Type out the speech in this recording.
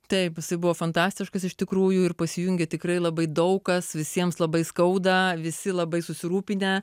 taip jisai buvo fantastiškas iš tikrųjų ir pasijungė tikrai labai daug kas visiems labai skauda visi labai susirūpinę